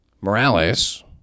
Morales